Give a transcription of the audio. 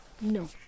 no